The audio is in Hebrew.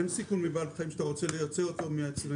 אין סיכון מבעל חיים שאתה רוצה לייצא אותו בעצמך.